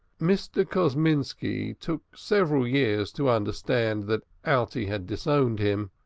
mr. kosminski took several years to understand that alte had disowned him.